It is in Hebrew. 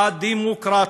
הדמוקרטיה.